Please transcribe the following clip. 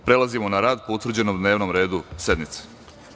Prelazimo na rad po utvrđenom dnevnom redu sednice.